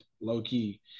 low-key